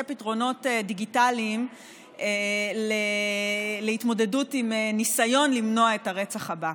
פתרונות דיגיטליים להתמודדות עם ניסיון למנוע את הרצח הבא.